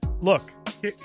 Look